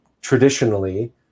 traditionally